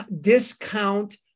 discount